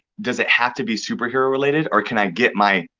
does it have to be superhero related, or can i get my.